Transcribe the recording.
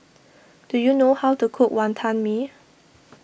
do you know how to cook Wantan Mee